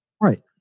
Right